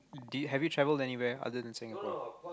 di~ have you travelled anywhere other than Singapore